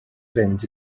fynd